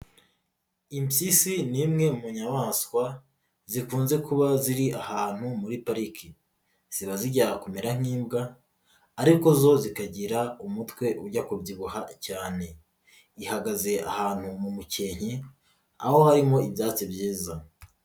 Impyisi ni imwe mu nyamaswa zikunze kuba ziri ahantu muri pariki, zira zijya kumera nk'imbwa ariko zo zikagira umutwe ujya kubyibuha cyane, ihagaze ahantu mu mukenke aho harimo ibyatsi byiza.